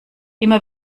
immer